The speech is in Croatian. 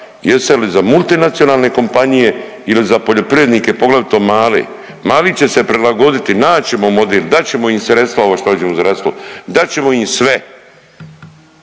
jeste li za multinacionalne kompanije ili za poljoprivrednike, poglavito male, mali će se prilagoditi, naći ćemo model, dat ćemo im sredstva ovo što …/Govornik se